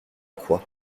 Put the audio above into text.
quoi